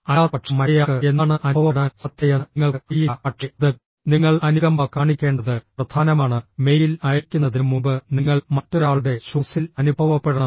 അല്ലാത്തപക്ഷം മറ്റേയാൾക്ക് എന്താണ് അനുഭവപ്പെടാൻ സാധ്യതയെന്ന് നിങ്ങൾക്ക് അറിയില്ല പക്ഷേ അത് നിങ്ങൾ അനുകമ്പ കാണിക്കേണ്ടത് പ്രധാനമാണ് മെയിൽ അയയ്ക്കുന്നതിന് മുമ്പ് നിങ്ങൾ മറ്റൊരാളുടെ ഷൂസിൽ അനുഭവപ്പെടണം